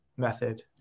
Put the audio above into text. method